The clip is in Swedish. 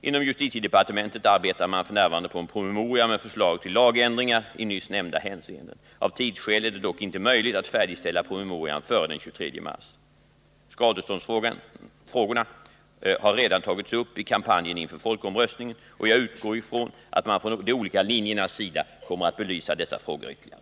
Inom justitiedepartementet arbetar man f. n. på en promemoria med förslag till lagändringar i nyss nämnda hänseenden. Av tidsskäl är det dock inte möjligt att färdigställa promemorian före den 23 mars. Skadeståndsfrågorna har redan tagits upp i kampanjen inför folkomröstningen, och jag utgår ifrån att man från de olika linjernas sida kommer att belysa dessa frågor ytterligare.